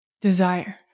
desire